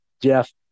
Jeff